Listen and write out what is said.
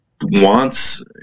wants